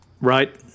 Right